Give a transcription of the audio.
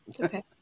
Okay